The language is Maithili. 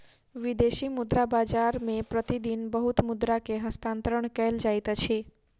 विदेशी मुद्रा बाजार मे प्रति दिन बहुत मुद्रा के हस्तांतरण कयल जाइत अछि